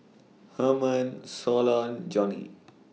Hermon Solon Johnny